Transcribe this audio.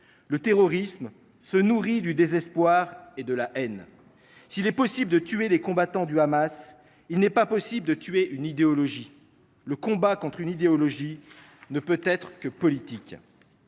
Le terrorisme se nourrit du désespoir et de la haine. S’il est possible de tuer les combattants du Hamas, il n’est pas possible de tuer une idéologie. Le combat contre une idéologie ne peut être que politique.